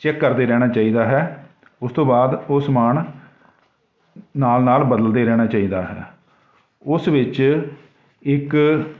check ਕਰਦੇ ਰਹਿਣਾ ਚਾਹੀਦਾ ਹੈ ਉਸ ਤੋਂ ਬਾਅਦ ਉਹ ਸਮਾਨ ਨਾਲ ਨਾਲ ਬਦਲਦੇ ਰਹਿਣਾ ਚਾਹੀਦਾ ਹੈ ਉਸ ਵਿੱਚ ਇੱਕ